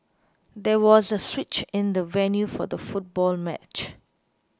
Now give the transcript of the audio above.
there was a switch in the venue for the football match